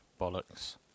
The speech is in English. bollocks